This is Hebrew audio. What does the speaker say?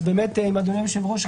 אדוני היושב-ראש,